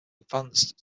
advanced